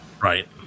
Right